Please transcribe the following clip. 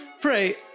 Pray